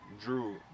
Drew